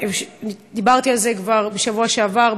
דיברתי על זה כבר בשבוע שעבר.